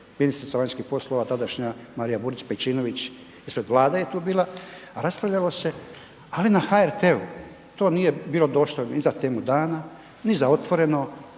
ministrica vanjskih poslova tadašnja Marija Burić Pejčinović ispred Vlade je tu bila, raspravljalo se, ali na HRT-u, to nije bilo dostojno ni za Temu dana, ni za Otvoreno,